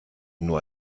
nur